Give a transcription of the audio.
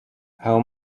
how